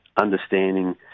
understanding